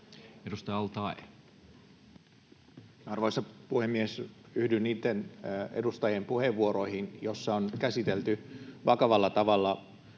Content: Arvoisa puhemies! Yhdyn niitten edustajien puheenvuoroihin, joissa on käsitelty vakavalla tavalla